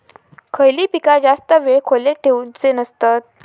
खयली पीका जास्त वेळ खोल्येत ठेवूचे नसतत?